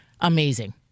amazing